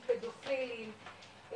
פדופילים,